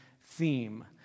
theme